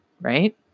Right